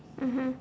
mmhmm